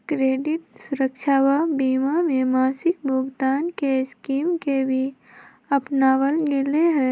credit सुरक्षवा बीमा में मासिक भुगतान के स्कीम के भी अपनावल गैले है